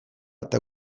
eta